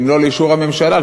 אם לא לאישור הממשלה,